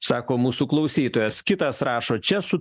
sako mūsų klausytojas kitas rašo čia su